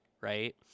right